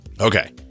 Okay